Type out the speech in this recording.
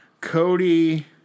Cody